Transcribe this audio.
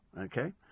Okay